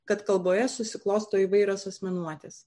kad kalboje susiklosto įvairios asmenuotės